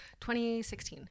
2016